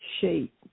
shape